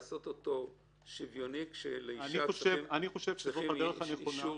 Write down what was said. האם לעשות אותו שוויוני כשלאישה צריכים אישור?